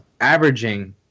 averaging